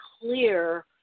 clear